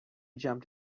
jumped